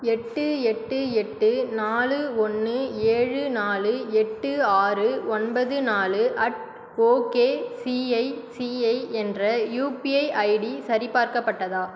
எட்டு எட்டு எட்டு நாலு ஒன்று ஏழு நாலு எட்டு ஆறு ஒன்பது நாலு அட் ஓகேசிஐசிஐ என்ற யுபிஐ ஐடி சரிபார்க்கப்பட்டதா